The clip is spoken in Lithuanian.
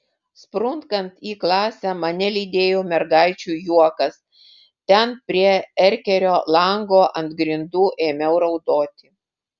sprunkant į klasę mane lydėjo mergaičių juokas ten prie erkerio lango ant grindų ėmiau raudoti